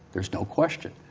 there is no question.